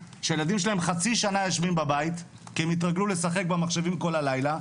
שהילדים שלהם חצי שנה יושבים בבית כי הם התרגלו לשחק במחשבים כל הלילה,